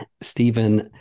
Stephen